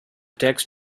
text